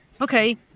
okay